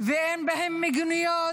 ואין בהם מיגוניות,